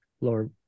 lower